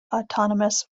autonomous